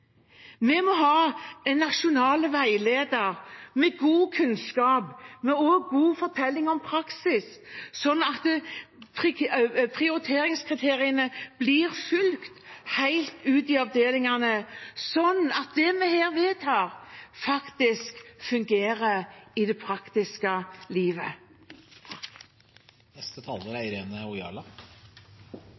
Vi må ha en nasjonal veileder med god kunnskap og også god fortelling om praksis, sånn at prioriteringskriteriene blir fulgt helt ut i avdelingene, og det vi her vedtar, faktisk fungerer i det praktiske livet. Prinsippene for prioritering av nytte, ressurs og alvorlighet er